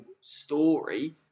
story